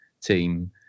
team